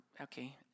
Okay